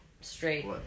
Straight